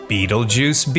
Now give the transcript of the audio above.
Beetlejuice